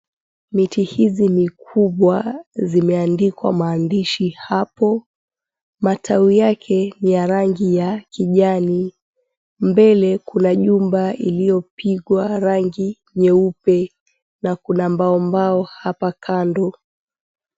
Miti hizi mikubwa zimeandikwa maandishi hapo. Matawi yake ni ya rangi ya kijani. Mbele kuna jumba iliyopigwa rangi nyeupe na kuna mbaombao hapa kando.